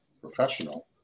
professional